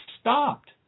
stopped